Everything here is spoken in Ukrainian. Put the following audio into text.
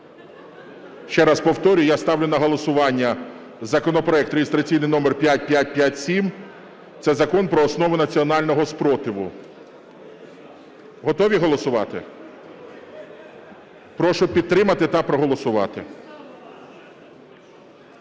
Ще раз повторюю, я ставлю на голосування законопроект (реєстраційний номер 5557) – це Закон про основи національного спротиву. Готові голосувати? Прошу підтримати та проголосувати.